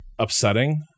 upsetting